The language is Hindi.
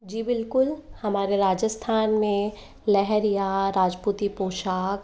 जी बिल्कुल हमारे राजस्थान में लहरिया राजपूती पोशाक